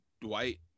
Dwight